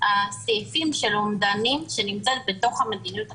הסעיפים של אומדנים דני שנמצאים בתוך המדיניות החשבונאית,